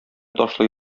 ташлый